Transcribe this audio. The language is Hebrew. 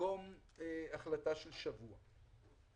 במקום החלטה של שבוע.